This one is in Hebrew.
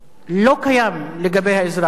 לא קיים לגבי האזרח.